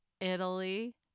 Italy